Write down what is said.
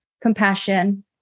compassion